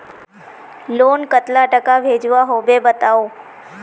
Loan कतला टाका भेजुआ होबे बताउ?